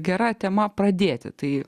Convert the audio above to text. gera tema pradėti tai